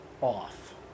off